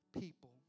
people